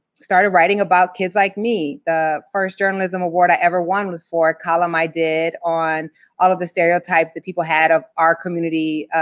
started writing about kids like me. the first journalism award i ever won was for a column i did on all of the stereotypes that people had of our community,